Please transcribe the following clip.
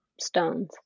stones